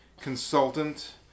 consultant